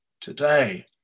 today